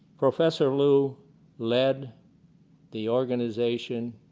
professor lou led the organization,